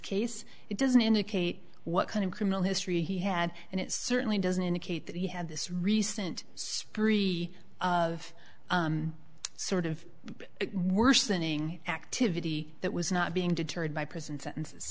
case it doesn't indicate what kind of criminal history he had and it certainly doesn't indicate that he had this recent spree of sort of worsening activity that was not being deterred by prison sentences